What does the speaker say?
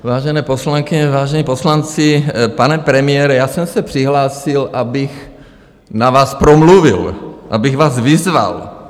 Vážené poslankyně, vážení poslanci, pane premiére, já jsem se přihlásil, abych na vás promluvil, abych vás vyzval.